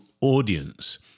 audience